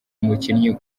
umukinnyi